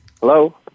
Hello